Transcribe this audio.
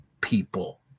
people